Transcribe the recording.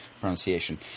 pronunciation